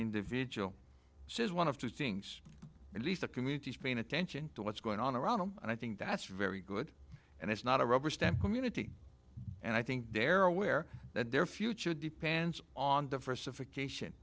individual says one of two things at least the community is paying attention to what's going on around them and i think that's very good and it's not a rubberstamp community and i think they're aware that their future depends on diversification